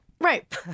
Right